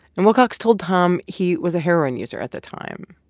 and wilcox told tom he was a heroin user at the time.